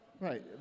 Right